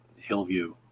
Hillview